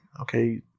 Okay